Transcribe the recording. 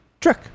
Trick